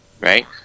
Right